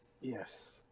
Yes